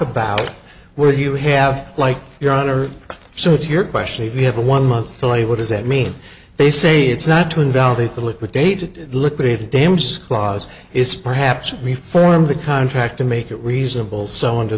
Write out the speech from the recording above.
about where you have like your honor so to your question if you have a one month delay what does that mean they say it's not to invalidate the liquidated liquidated damages clause is perhaps the form of the contract to make it reasonable so under